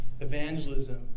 evangelism